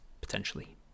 potentially